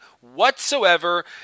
whatsoever